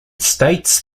states